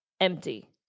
empty